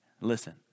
Listen